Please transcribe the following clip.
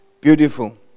beautiful